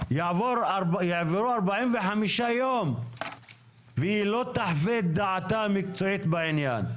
יעברו 45 יום והיא לא תחווה את דעתה המקצועית בעניין.